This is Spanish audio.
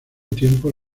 tiempo